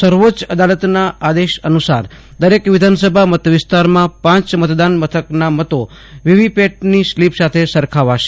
supreme કોર્ટના આદેશ અનુસાર દરેક વિધાનસભા મતવિસ્તારમાં પાંચ મતદાન મથકના મતો વીવીપેટની સ્લીપ સાથે સરખાવશે